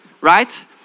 Right